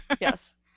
Yes